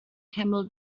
camel